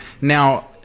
Now